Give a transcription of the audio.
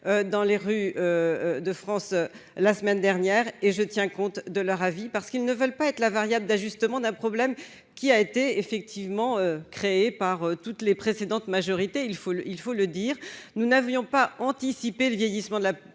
dans les rues de France la semaine dernière et je tiens compte de leur avis parce qu'ils ne veulent pas être la variable d'ajustement d'un problème qui a été effectivement créés par toutes les précédentes majorité il faut le il faut le dire, nous n'avions pas anticiper le vieillissement de la la population,